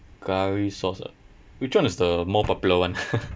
curry sauce ah which one is the more popular one